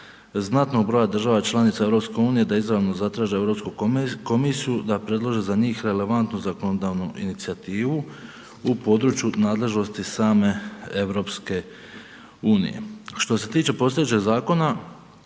znatnog broja država članica u EU da izravno zatraže Europsku komisiju da predlože za njih relevantnu zakonodavnu inicijativu u području nadležnosti same EU. Što se tiče postojećeg zakona